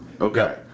Okay